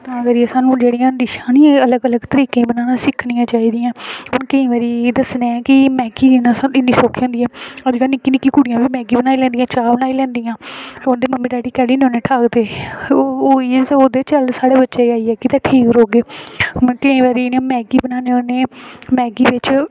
तां करियै स्हानू डिशां निं अलग अलग तरीके कन्नै बनाना सिक्खना चाही दियां हून केईं बारी दसदे कि मैगी इन्नी सौखी होंदी ऐ अज्जकल निक्की निक्की कुड़ियां बी मैगी बनाई लैंदियां चाह् बनाई लैंदियां होर उंदे मम्मी डैडी कैह्ली निं उनेंगी ठाक्कदे ओह् इयै सोचदे कि साढ़े बच्चे ठीक रौह्गे मैगी बिच